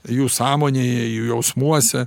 jų sąmonėje jų jausmuose